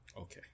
okay